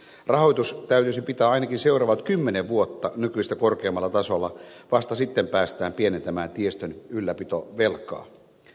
rahoitus täytyisi pitää ainakin seuraavat kymmenen vuotta nykyistä korkeammalla tasolla vasta sitten päästään pienentämään tiestön ylläpitovelkaa